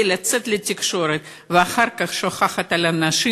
לצאת לתקשורת ואחר כך שוכחת את האנשים